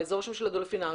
באזור שם של הדולפינריום,